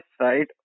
right